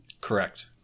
Correct